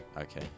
Okay